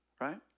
Right